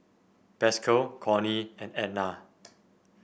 Pascal Cornie and Edna